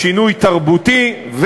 משינוי תרבותי,